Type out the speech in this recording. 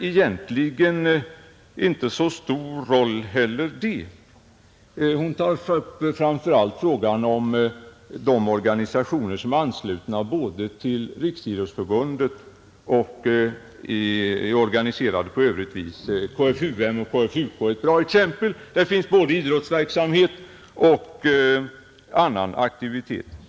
Hon tog upp framför allt frågan om de organisationer som både är anslutna till Riksidrottsförbundet och organiserade på annat sätt. KFUM och KFUK är ett bra exempel; där finns både idrottsverksamhet och annan aktivitet.